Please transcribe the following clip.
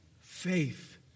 faith